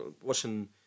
watching